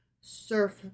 surf